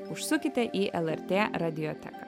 užsukite į lrt radioteką